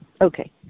Okay